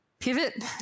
pivot